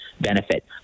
benefit